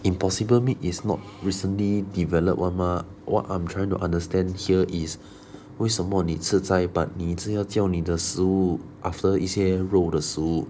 impossible meat is not recently developed [one] mah what I'm trying to understand here is 为什么你吃斋 but 你一直要叫你的食物 after 一些肉的食物